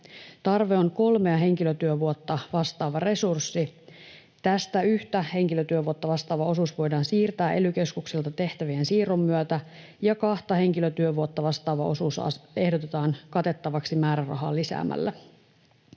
Tarve on kolmea henkilötyövuotta vastaava resurssi. Tästä yhtä henkilötyövuotta vastaava osuus voidaan siirtää ely-keskuksilta tehtävien siirron myötä ja kahta henkilötyövuotta vastaava osuus ehdotetaan katettavaksi määrärahaa lisäämällä.